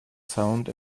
sound